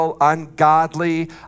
ungodly